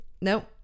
Nope